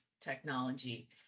technology